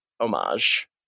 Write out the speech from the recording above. homage